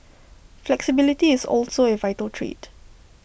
flexibility is also A vital trait